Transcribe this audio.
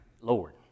Lord